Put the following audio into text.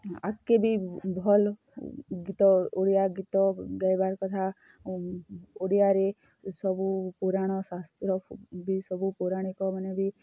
ଆଉ କି ଭଲ୍ ଗୀତ ଓଡ଼ିଆ ଗୀତ ଗାଇବାର କଥା ଓଡ଼ିଆରେ ସବୁ ପୁରାଣ ଶାସ୍ତ୍ର ବି ସବୁ ପୁରାଣିକ ମାନେ ବି